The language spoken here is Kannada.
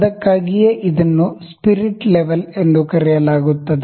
ಅದಕ್ಕಾಗಿಯೇ ಇದನ್ನು ಸ್ಪಿರಿಟ್ ಲೆವೆಲ್ ಎಂದು ಕರೆಯಲಾಗುತ್ತದೆ